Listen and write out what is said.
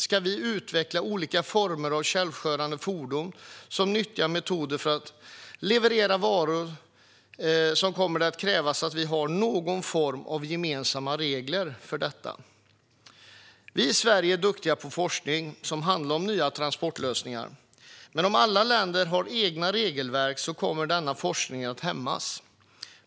Ska vi utveckla olika former av självkörande fordon som metod för att leverera varor kommer det att krävas att vi har någon form av gemensamma regler för detta. Vi i Sverige är duktiga på forskning som handlar om nya transportlösningar. Men om alla länder har egna regelverk kommer denna forskning att hämmas.